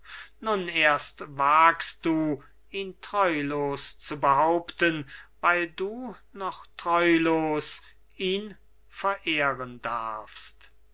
nun erst wagst du ihn treulos zu behaupten weil du noch treulos ihn verehren darfst